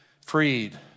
Freed